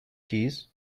keys